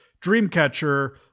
Dreamcatcher